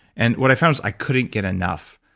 and what i found is i couldn't get enough.